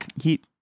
heat